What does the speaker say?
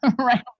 right